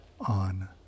on